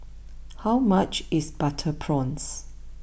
how much is Butter Prawns